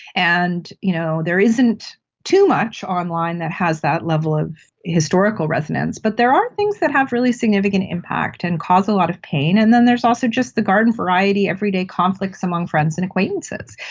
and you know there isn't too much online that has that level of historical resonance, but there are things that have really significant impact and cause a lot of pain and then there's also just the garden-variety everyday conflicts amongst friends and acquaintances.